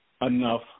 enough